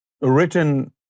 written